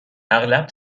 اغلب